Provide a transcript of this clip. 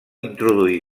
introduir